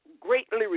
greatly